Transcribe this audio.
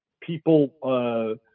people